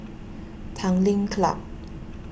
Tanglin Club